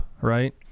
right